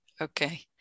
Okay